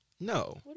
no